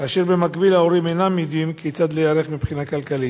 כאשר במקביל ההורים אינם יודעים כיצד להיערך מבחינה כלכלית.